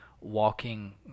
walking